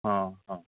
ହଁ ହଁ